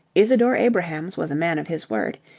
isadore abrahams was a man of his word.